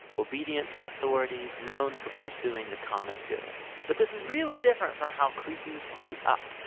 obedient to authorities, known for pursuing the common good. but this is really different from how cretans grew up.